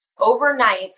overnight